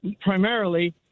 primarily